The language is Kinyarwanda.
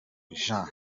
jean